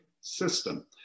system